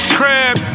crab